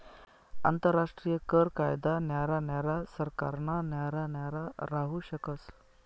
आंतरराष्ट्रीय कर कायदा न्यारा न्यारा सरकारना न्यारा न्यारा राहू शकस